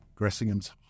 Gressingham's